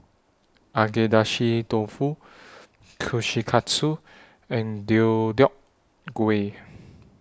Agedashi Dofu Kushikatsu and Deodeok Gui